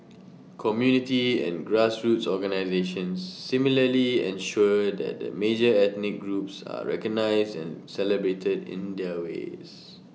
community and grassroots organisations similarly ensure that the major ethnic groups are recognised and celebrated in their ways